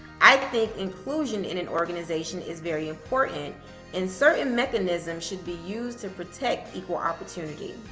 i think inclusion in an organization is very important and certain mechanisms should be used to protect equal opportunity.